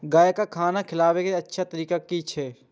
गाय का खाना खिलाबे के अच्छा तरीका की छे?